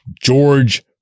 George